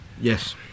Yes